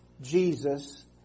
Jesus